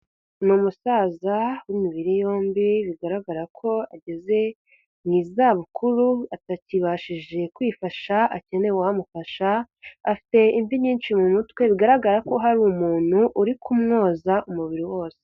Ni umusaza w'imibiri yombi, bigaragara ko ageze mu zabukuru atakibashije kwifasha akeneye uwamufasha, afite imvi nyinshi mu mutwe, bigaragara ko hari umuntu uri kumwoza umubiri wose.